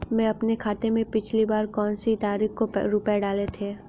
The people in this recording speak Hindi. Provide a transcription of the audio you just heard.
मैंने अपने खाते में पिछली बार कौनसी तारीख को रुपये डाले थे?